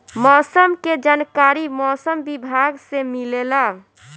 मौसम के जानकारी मौसम विभाग से मिलेला?